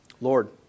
Lord